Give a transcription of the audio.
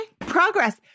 Progress